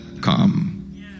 come